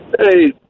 Hey